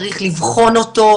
צריך לבחון אותו,